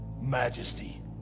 majesty